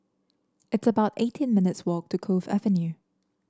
it's about eighteen minutes' walk to Cove Avenue